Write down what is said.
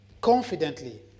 confidently